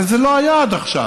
אבל זה לא היעד עכשיו.